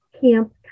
camp